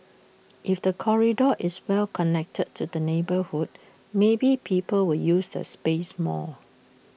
if the corridor is well connected to the neighbourhood maybe people will use the space more